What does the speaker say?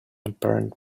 apparent